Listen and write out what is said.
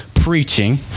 preaching